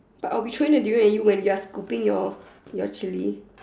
but I'll be throwing the durian at you when you're scooping your your Chili